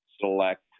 select